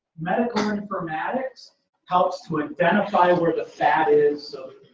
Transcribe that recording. medical informatics helps to identify where the fat is so